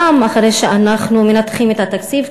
גם אחרי שאנחנו מנתחים את התקציב,